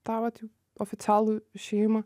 tą vat jau oficialų išėjimą